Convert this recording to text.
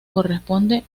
corresponde